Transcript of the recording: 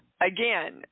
Again